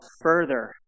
further